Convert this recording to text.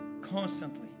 constantly